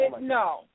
no